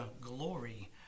glory